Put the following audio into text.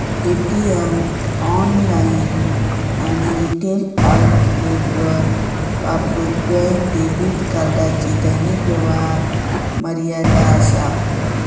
ATM, online आणि retail आउटलेटवर वापरूक बँक डेबिट कार्डची दैनिक व्यवहार मर्यादा असा